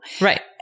Right